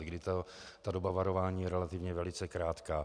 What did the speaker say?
Kdy ta doba varování je relativně velice krátká.